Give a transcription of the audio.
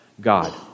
God